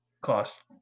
cost